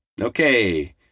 Okay